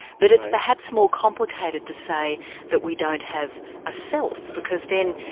but it's perhaps more complicated to say that we don't have a self because then,